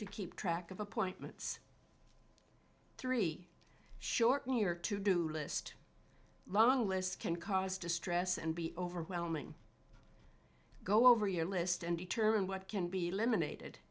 to keep track of appointments three shorten your to do list long list can cause distress and be overwhelming go over your list and determine what can be eliminated